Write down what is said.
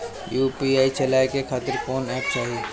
UPI चलवाए के खातिर कौन एप चाहीं?